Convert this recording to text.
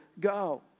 go